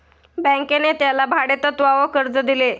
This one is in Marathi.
बँकेने त्याला भाडेतत्वावर कर्ज दिले